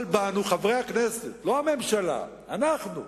אבל באנו חברי הכנסת, לא הממשלה, אנחנו.